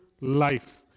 life